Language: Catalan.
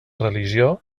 religió